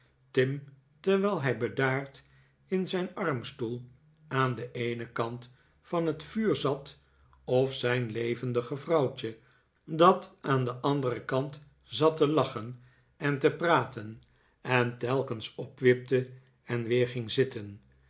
tim terwijl hij bedaard in zijn armstoel aan den eenen kant van het vuur zat of zijn levendige vrouwtje dat aan den anderen kant zat te lache i en te praten en telkens opwipte en weer ging zitten